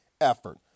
effort